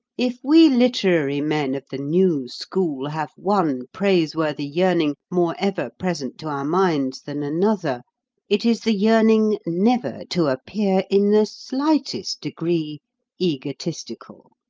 if we literary men of the new school have one praiseworthy yearning more ever present to our minds than another it is the yearning never to appear in the slightest degree egotistical.